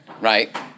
right